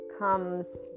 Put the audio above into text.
comes